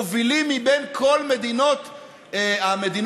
מובילים מבין כל המדינות המערביות,